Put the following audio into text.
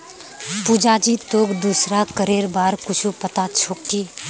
पुजा जी, तोक दूसरा करेर बार कुछु पता छोक की